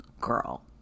Girl